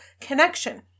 connection